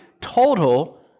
total